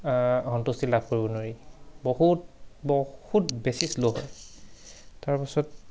সন্তুষ্টি লাভ কৰিব নোৱাৰি বহুত বহুত বেছি শ্ল' হয় তাৰপাছত